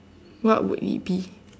what would it be